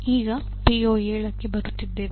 ಈಗ ಪಿಒ7 ಗೆ ಬರುತ್ತಿದ್ದೇವೆ